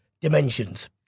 dimensions